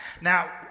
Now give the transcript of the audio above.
Now